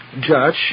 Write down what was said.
judge